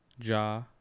Ja